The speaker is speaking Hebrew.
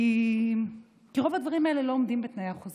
כי רוב הדברים האלה לא עומדים בתנאי החוזה.